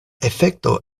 efekto